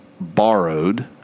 borrowed